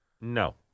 No